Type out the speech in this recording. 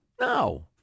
No